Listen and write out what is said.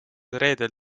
reedel